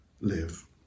live